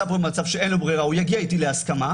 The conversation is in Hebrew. במצב שאין לו ברירה והוא יגיע איתי להסכמה?